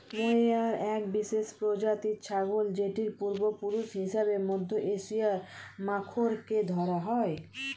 mohair এক বিশেষ প্রজাতির ছাগল যেটির পূর্বপুরুষ হিসেবে মধ্য এশিয়ার মাখরকে ধরা হয়